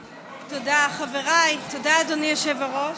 חבריי, תודה, אדוני היושב-ראש.